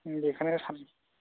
बेखौनो सान